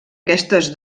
aquestes